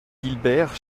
guilbert